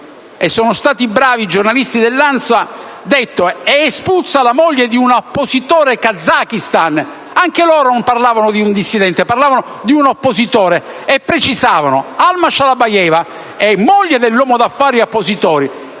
e sono stati bravi i giornalisti dell'ANSA: «Espulsa moglie oppositore Kazakistan». Anche loro non parlavano di un dissidente: parlavano di un oppositore. E precisavano:«Alma Shalabayeva, moglie dell'uomo d'affari e oppositore»,